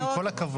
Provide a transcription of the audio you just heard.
עם כל הכבוד.